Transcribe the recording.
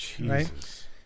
right